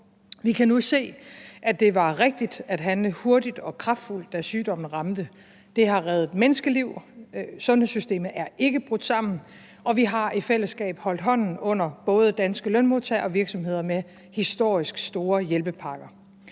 Vi kan nu se, at det var rigtigt at handle hurtigt og kraftfuldt, da sygdommen ramte, og det har reddet menneskeliv. Sundhedssystemet er ikke brudt sammen, og vi har i fællesskab holdt hånden under både danske lønmodtagere og virksomheder med historisk store hjælpepakker.